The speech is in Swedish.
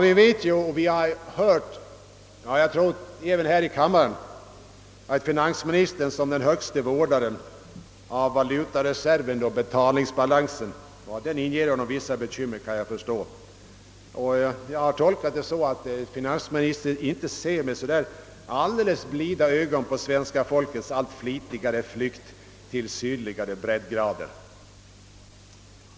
Vi har hört, jag tror även här i kammaren, att finansministern som den högste vårdaren av valutareserven och betalningsbalansen — och att de inger honom bekymmer kan jag förstå — inte ser med helt blida ögon på svenska folkets allt flitigare flykt till sydligare breddgrader.